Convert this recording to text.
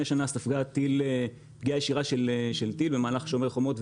שנה ספגה פגיעה ישירה של טיל במהלך שומר החומות,